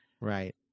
Right